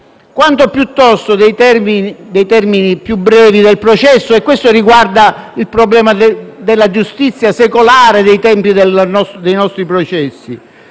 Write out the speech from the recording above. quanto piuttosto dei termini più brevi del processo: questo riguarda il problema della giustizia secolare e dei tempi dei nostri processi.